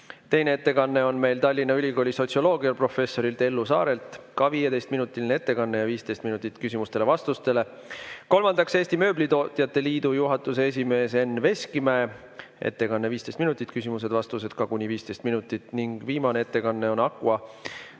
Teine ettekanne on meil Tallinna Ülikooli sotsioloogiaprofessorilt Ellu Saarelt, ka 15-minutiline ettekanne ja 15 minutit küsimustele-vastustele. Kolmandaks, Eesti Mööblitootjate Liidu juhatuse esimees Enn Veskimäe. Ettekanne 15 minutit, küsimused-vastused ka kuni 15 minutit. Ning viimane ettekanne on Aqva